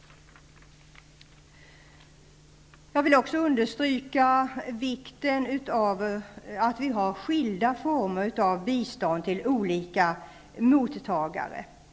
Jag vill också understryka vikten av att vi har skilda former av bistånd till olika mottagare.